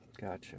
Gotcha